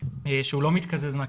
שלא מתקזז מהקצבה,